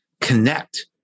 connect